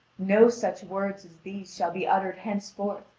no such words as these shall be uttered henceforth,